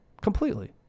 Completely